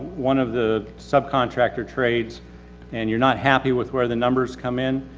one of the subcontractor trades and you're not happy with where the numbers come in,